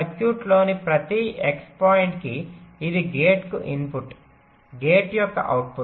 సర్క్యూట్లోని ప్రతి X point కి ఇది గేట్కు ఇన్పుట్ గేట్ యొక్క అవుట్పుట్